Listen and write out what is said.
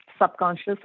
subconscious